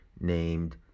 named